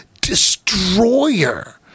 destroyer